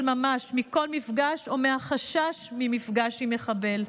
ממש מכל מפגש או מחשש ממפגש עם מחבל.